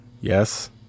Yes